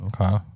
Okay